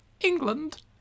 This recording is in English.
England